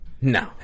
no